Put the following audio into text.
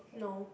no